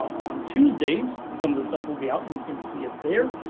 on tuesdays some of the stuff will be out and you can see it there.